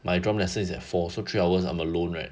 my drum lessons is at four so three hours I'm alone right